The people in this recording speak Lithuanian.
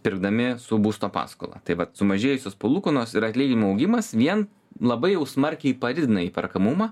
pirkdami su būsto paskola taip vat sumažėjusios palūkanos ir atlyginimų augimas vien labai jau smarkiai padidina įperkamumą